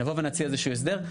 נבוא ונציע איזה שהוא הסדר.